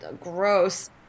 gross